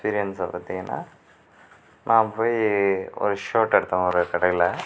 எக்ஸ்பீரியன்ஸை பார்த்திங்கனா நான் போயி ஒரு ஷேர்ட் எடுத்தேன் ஒரு கடையில்